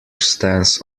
stance